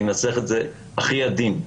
אני מנסח את זה הכי עדין.